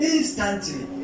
Instantly